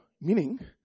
Meaning